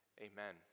amen